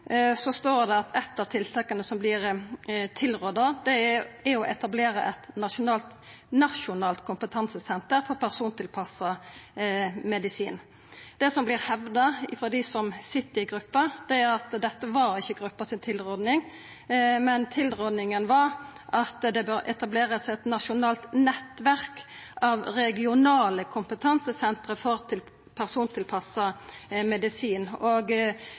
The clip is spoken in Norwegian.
at eit av tiltaka som vert tilrådd, er å etablera eit nasjonalt kompetansesenter for persontilpassa medisin. Det som vert hevda frå dei som sit i gruppa, er at dette var ikkje deira tilråding. Tilrådinga var at det bør etablerast eit nasjonalt nettverk av regionale kompetansesenter for persontilpassa medisin.